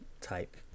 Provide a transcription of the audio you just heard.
type